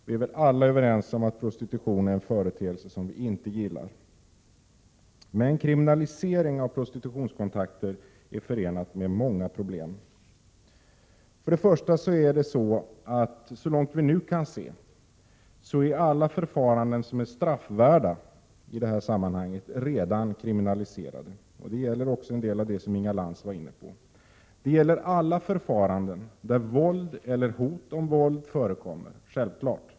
Vi är väl alla överens om att prostitution är en företeelse som vi inte gillar. Men kriminalisering av prostitutionskontakter är förenad med många problem. Till att börja med är, så långt vi nu kan se, alla förfaranden som är straffvärda redan kriminaliserade. Det gäller också en del av det som Inga Lantz var inne på. Det gäller — självfallet — alla förfaranden där våld eller hot om våld förekommer.